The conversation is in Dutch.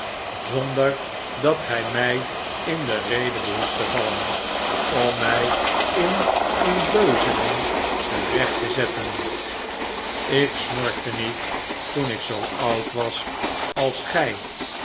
zonder dat gij mij in de rede behoeft te vallen om mij in een beuzeling terecht te zetten ik snorkte niet toen ik zoo oud was als gij